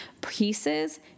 pieces